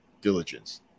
diligence